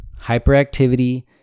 hyperactivity